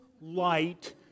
light